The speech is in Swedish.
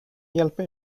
hjälpa